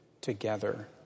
together